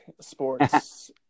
sports